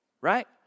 right